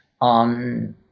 on